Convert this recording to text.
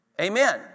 Amen